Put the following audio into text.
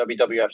WWF